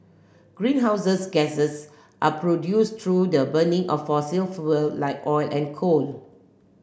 greenhouses gases are produced through the burning of fossil fuel like oil and coal